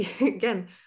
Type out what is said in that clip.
again